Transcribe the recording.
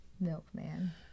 Milkman